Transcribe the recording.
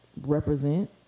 represent